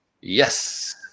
Yes